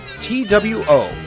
T-W-O